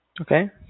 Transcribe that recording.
Okay